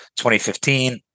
2015